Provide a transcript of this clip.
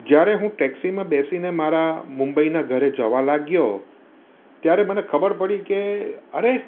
જ્યારે હું ટેક્સીમાં બેસીને મારા મુંબઈના ઘરે જવા લાગ્યો ત્યારે મને ખબર પડી કે અરે